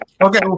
okay